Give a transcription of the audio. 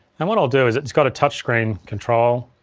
and what i'll do is, it's got a touchscreen control,